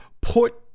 put